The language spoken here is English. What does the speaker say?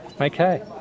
Okay